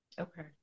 Okay